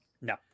No